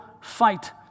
fight